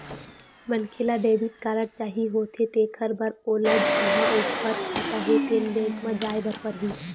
मनखे ल debit card चाही होथे तेखर बर ओला जिहां ओखर खाता हे तेन बेंक म जाए बर परही